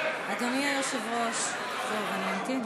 אדוני היושב-ראש, טוב, אני אמתין.